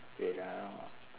wait ah